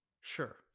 sure